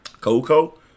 Coco